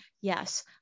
yes